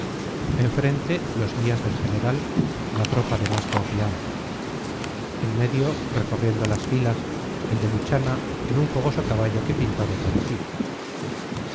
dijeron enfrente los guías del general la tropa de más confianza en medio recorriendo las filas el de luchana en un fogoso caballo que pintado parecía